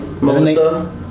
Melissa